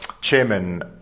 Chairman